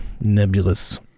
nebulous